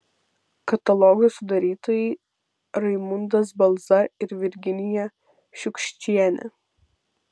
katalogo sudarytojai raimundas balza ir virginija šiukščienė